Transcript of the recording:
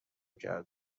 کرد